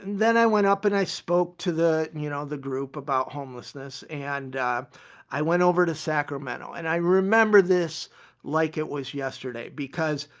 then i went up and i spoke to the you know, the group about homelessness and i went over to sacramento and i remember this like it was yesterday because,